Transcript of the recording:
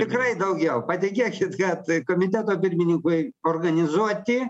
tikrai daugiau patikėkit kad komiteto pirmininkui organizuoti